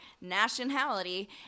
nationality